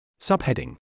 Subheading